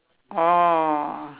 oh